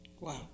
wow